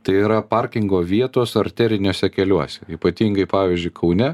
tai yra parkingo vietos arteriniuose keliuose ypatingai pavyzdžiui kaune